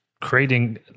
creating